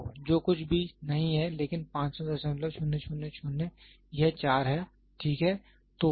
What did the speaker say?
तो जो कुछ भी नहीं है लेकिन 500000 यह 4 है ठीक है